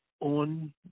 on